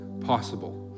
possible